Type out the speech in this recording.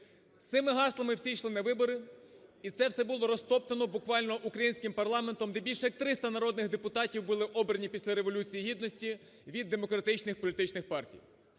цими гаслами всі йшли на вибори і це все було розтоптано буквально українським парламентом, де більше як 300 народних депутатів були обрані після Революції Гідності від демократичних політичних партій.